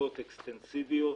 בשיטות אקסטנסיביות